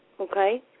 Okay